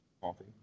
coffee